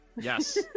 Yes